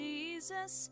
Jesus